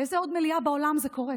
באיזו עוד מליאה בעולם זה קורה?